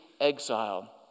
exile